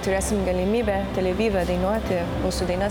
turėsim galimybę galimybę dainuoti mūsų dainas